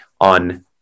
on